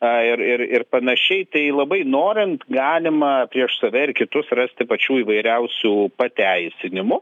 a ir ir ir panašiai tai labai norint galima prieš save ir kitus rasti pačių įvairiausių pateisinimų